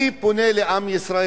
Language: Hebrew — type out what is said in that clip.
אני פונה לעם ישראל,